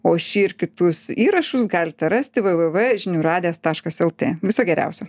o šį ir kitus įrašus galite rasti v v v žinių radijas taškas el tė viso geriausio